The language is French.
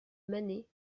mané